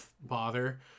bother